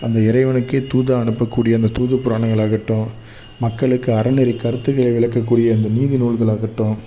அந்த இறைவனுக்கே தூதாக அனுப்பக்கூடிய அந்த தூது புராணங்களாகட்டும் மக்களுக்கு அறநெறி கருத்துக்களை விளக்கக்கூடிய அந்த நீதி நூல்களாகட்டும்